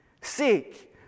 Seek